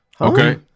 Okay